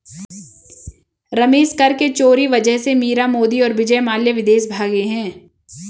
रमेश कर के चोरी वजह से मीरा मोदी और विजय माल्या विदेश भागें हैं